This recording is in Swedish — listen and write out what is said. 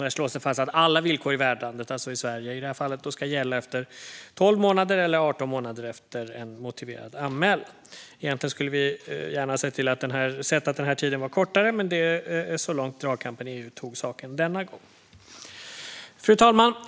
Det slås fast att alla villkor i värdlandet, alltså Sverige i det här fallet, ska gälla efter 12 månader eller 18 månader efter en motiverad anmälan. Egentligen skulle vi gärna sett att den här tiden var kortare, men det är så långt dragkampen i EU tog saken denna gång.